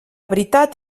veritat